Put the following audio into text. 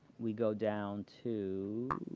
we go down to